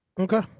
Okay